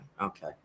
Okay